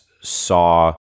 saw